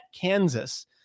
Kansas